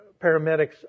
paramedics